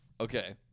Okay